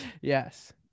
Yes